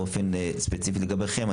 באופן ספציפי לגביכם,